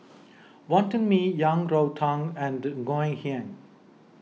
Wonton Mee Yang Rou Tang and Ngoh Hiang